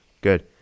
good